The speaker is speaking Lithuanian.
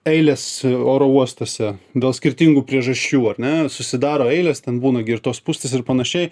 eilės oro uostuose dėl skirtingų priežasčių ar ne susidaro eilės ten būna gi ir tos spūstys ir panašiai